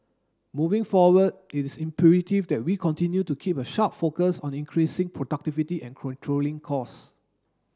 moving forward it is imperative that we continue to keep a sharp focus on increasing productivity and controlling costs